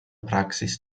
praxis